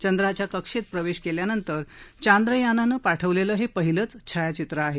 चंद्राच्या कक्षेत प्रवेश केल्यानंतर या चांद्रयानानं पाठवलेलं हे पहिलंच छायाचित्र आहे